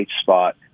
spot